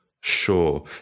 Sure